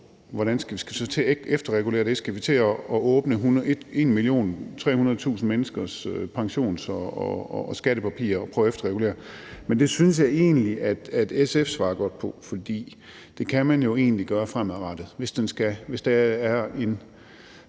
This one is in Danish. vi så til at efterregulere det? Skal vi til at åbne 1,3 millioner menneskers pensions- og skattepapirer og prøve at efterregulere? Men det synes jeg egentlig at SF's ordfører svarede godt på, for det kan man jo egentlig godt gøre fremadrettet. Hvis der er en